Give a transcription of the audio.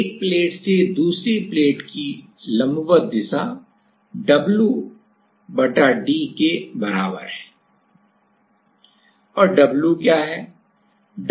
एक प्लेट से दूसरी प्लेट की लंबवत दिशा W बटा d के बराबर है और W क्या है